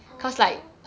!aww!